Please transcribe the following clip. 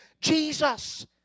Jesus